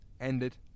ended